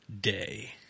day